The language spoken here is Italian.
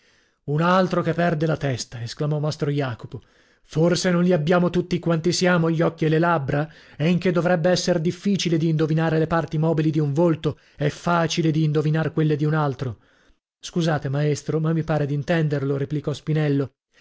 un altro che perde la testa esclamò mastro jacopo forse non li abbiamo tutti quanti siamo gli occhi e le labbra e in che dovrebbe esser difficile di indovinare le parti mobili di un volto e facile di indovinar quelle di un altro scusate maestro ma mi pare d'intenderlo replicò spinello